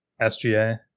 SGA